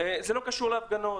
זה לא קשור להפגנות.